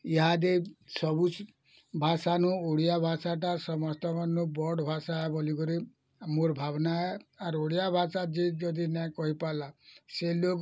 ଇହାଦେ ସବୁ ସୁ ଭାଷାନୁ ଓଡ଼ିଆଭାଷା ଟା ସମସ୍ତଙ୍କନୁ ବଡ଼ ଭାଷା ବୋଲିକରି ମୋର୍ ଭାବନା ଆରୁ ଓଡ଼ିଆଭାଷା ଯିଏ ଯଦି ନାଇଁ କହିପରିଲା ସେ ଲୋଗ୍